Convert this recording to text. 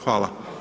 Hvala.